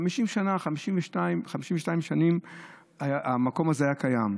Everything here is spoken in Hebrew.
50 שנים, 52 שנים המקום היה קיים.